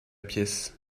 pièce